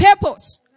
purpose